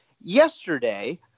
yesterday –